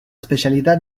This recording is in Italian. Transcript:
specialità